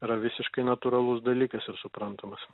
yra visiškai natūralus dalykas ir suprantamas